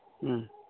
ᱦᱮᱸ